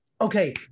okay